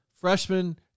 freshman